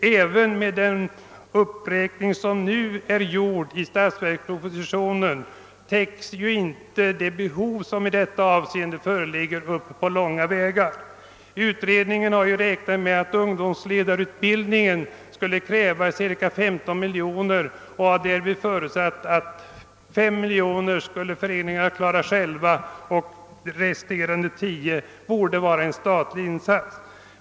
Även med den uppräkning som nu gjorts i statsverkspropositionen täcks inte det föreliggande behovet på långt när. Utredningen har räknat med att ungdomsledarutbildningen skulle kräva cirka 15 miljoner kronor, och utredningen har förutsatt att föreningarna själva bidrar med 5 miljoner härav samt att resterande 10 miljoner skulle vara statens insats.